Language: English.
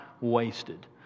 wasted